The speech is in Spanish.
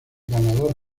ganador